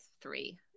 three